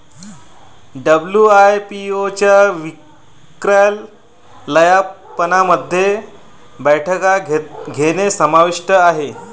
WIPO च्या क्रियाकलापांमध्ये बैठका घेणे समाविष्ट आहे